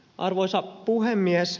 arvoisa puhemies